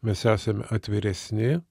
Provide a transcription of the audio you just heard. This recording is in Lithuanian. mes esame atviresni